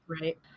right